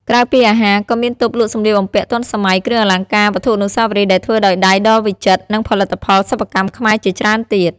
ក្រៅពីអាហារ ក៏មានតូបលក់សម្លៀកបំពាក់ទាន់សម័យ គ្រឿងអលង្ការ វត្ថុអនុស្សាវរីយ៍ដែលធ្វើដោយដៃដ៏វិចិត្រ និងផលិតផលសិប្បកម្មខ្មែរជាច្រើនទៀត។